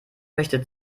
möchte